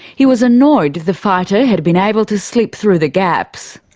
he was annoyed the fighter had been able to slip through the gaps.